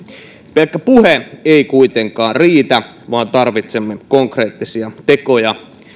pelkkä puhe ei kuitenkaan riitä vaan tarvitsemme konkreettisia tekoja